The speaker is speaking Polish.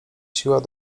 siłach